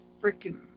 freaking